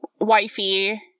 wifey